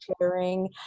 sharing